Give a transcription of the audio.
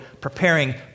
preparing